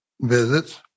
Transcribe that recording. visits